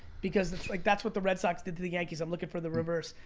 because that's like that's what the red sox did to the yankees, i'm looking for the reverse.